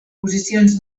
posicions